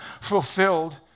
fulfilled